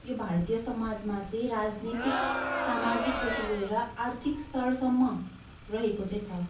यो भारतीय समाजमा चाहिँ राजनैतिक सामाजिकदेखि लिएर आर्थिक स्तरसम्म रहेको चाहिँ छ